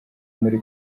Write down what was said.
muri